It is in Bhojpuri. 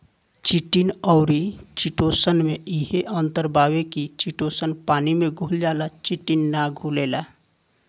चिटिन अउरी चिटोसन में इहे अंतर बावे की चिटोसन पानी में घुल जाला चिटिन ना घुलेला